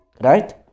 Right